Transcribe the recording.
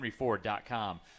henryford.com